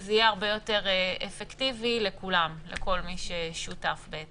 שזה יהיה הרבה יותר אפקטיבי לכל מי ששותף.